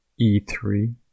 e3